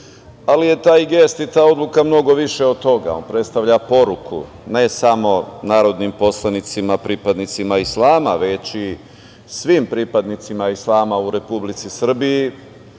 ali je taj gest i ta odluka mnogo više od toga. On predstavlja poruku ne samo narodnom poslanicima, pripadnicima islama, već i svim pripadnicima islama u Republici Srbiji,